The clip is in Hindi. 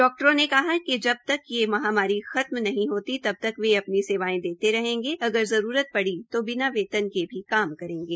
डॉक्टरों ने कहा कि जबतक यह महमारी खत्म नहीं होती तब तक वे अपनी सेवायें देते रहेंगे अगर जरूरत पड़ी तो बिना वेतन के भी काम करेंगे